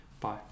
bye